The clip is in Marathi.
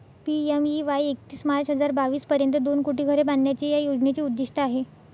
पी.एम.ए.वाई एकतीस मार्च हजार बावीस पर्यंत दोन कोटी घरे बांधण्याचे या योजनेचे उद्दिष्ट आहे